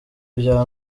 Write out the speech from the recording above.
ibya